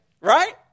right